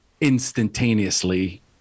instantaneously